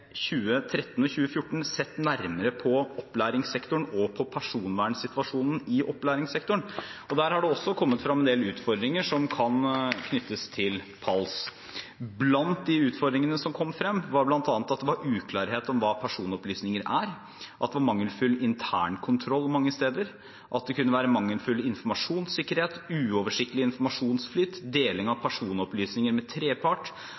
opplæringssektoren, og der har det også kommet frem en del utfordringer som kan knyttes til PALS. Blant de utfordringene som kom frem, var bl.a. at det var uklarhet om hva personopplysninger er, at det var mangelfull internkontroll mange steder, at det kunne være mangelfull informasjonssikkerhet, uoversiktlig informasjonsflyt og deling av personopplysninger med